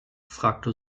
fragte